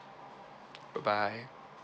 bye bye